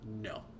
No